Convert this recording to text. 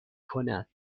کند